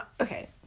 okay